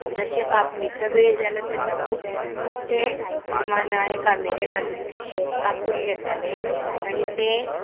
जशें कापणीचो वेळ जालो तेन्ना खूब खूब ते मानाय कामेरे घालून ते शेत कापून घेतालें आनी ते